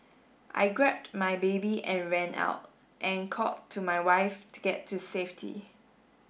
I grabbed my baby and ran out and called to my wife to get to safety